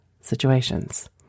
situations